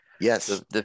Yes